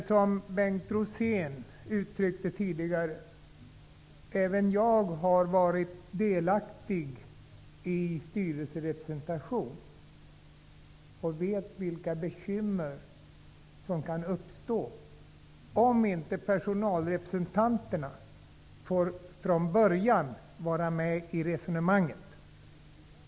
Liksom Bengt Rosén har jag varit delaktig i styrelserepresentation och vet vilka bekymmer som kan uppstå om inte personalrepresentanterna från början får vara med i resonemangen.